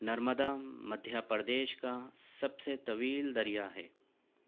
نرمدا مدھیہ پردیش کا سب سے طویل دریا ہے